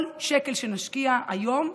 על כל שקל שנשקיע היום,